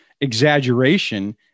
exaggeration